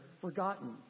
forgotten